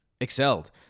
excelled